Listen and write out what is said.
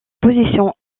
position